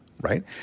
right